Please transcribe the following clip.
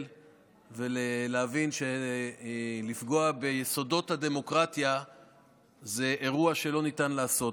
ולהבין שלפגוע ביסודות הדמוקרטיה זה אירוע שלא ניתן לעשות.